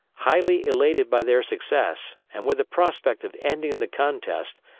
highly elated by their success, and with the prospect of ending the contest,